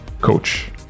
coach